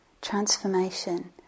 transformation